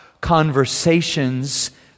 conversations